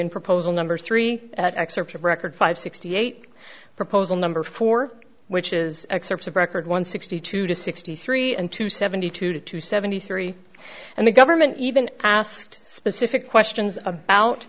in proposal number three excerpts of record five sixty eight proposal number four which is excerpts of record one sixty two to sixty three and to seventy two to seventy three and the government even asked specific